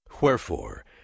Wherefore